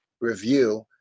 review